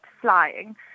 flying